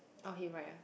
oh he write ah